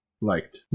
liked